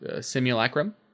simulacrum